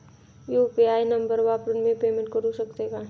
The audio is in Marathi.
यु.पी.आय नंबर वापरून मी पेमेंट करू शकते का?